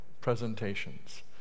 presentations